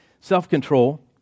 self-control